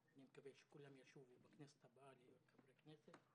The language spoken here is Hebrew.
אני מקווה שכולם ישובו בכנסת הבאה להיות חברי כנסת.